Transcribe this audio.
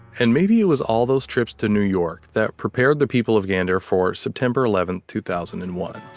and maybe it was all those trips to new york that prepared the people of gander for september eleven, two thousand and one